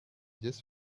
just